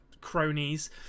cronies